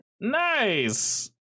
Nice